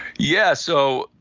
yeah. so,